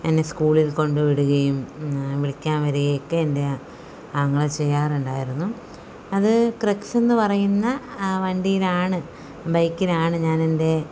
എന്നെ സ്കൂളിൽ കൊണ്ടുവിടുകയും വിളിക്കാൻ വരികയൊക്കെ എൻ്റെ ആ അങ്ങള ചെയ്യാറുണ്ടായിരുന്നു അത് ക്രക്സ് എന്നു പറയുന്ന ആ വണ്ടിയിലാണ് ബൈക്കിലാണ് ഞാനെൻ്റെ